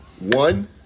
One